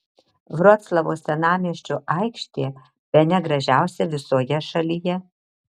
vroclavo senamiesčio aikštė bene gražiausia visoje šalyje